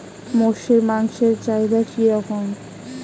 মোষের মাংসের চাহিদা কি রকম?